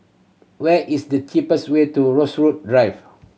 where is the cheapest way to Rosewood Drive